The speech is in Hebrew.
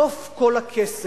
סוף כל הקסם.